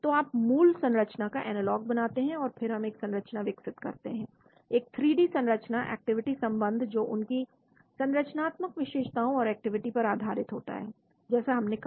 तो आप मूल संरचना का एनालॉग बनाते हैं और फिर हम एक संरचना विकसित करते हैं एक 3D संरचना एक्टिविटी संबंध जो उनकी संरचनात्मक विशेषताओं और एक्टिविटी पर आधारित होता है जैसा हमने कहा